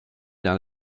dans